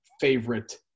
favorite